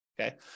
okay